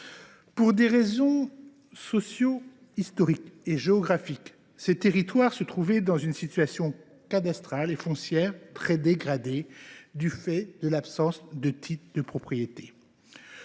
Pour des raisons socio historiques et géographiques, ces territoires se trouvaient dans une situation cadastrale et foncière très dégradée, liée à l’absence de titres de propriété.